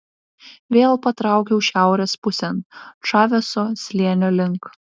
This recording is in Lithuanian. vėl patraukiau šiaurės pusėn čaveso slėnio link